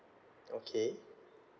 okay